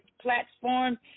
platform